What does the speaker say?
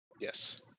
Yes